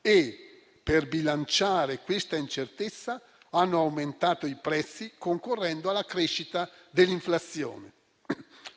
e, per bilanciare questa incertezza, hanno aumentato i prezzi, concorrendo alla crescita dell'inflazione.